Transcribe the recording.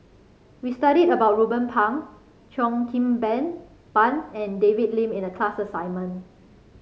we studied about Ruben Pang Cheo Kim Ben Ban and David Lim in the class assignment